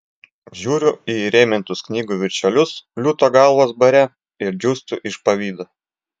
žiūriu į įrėmintus knygų viršelius liūto galvos bare ir džiūstu iš pavydo